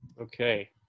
Okay